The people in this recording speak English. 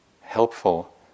helpful